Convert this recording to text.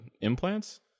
implants